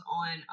on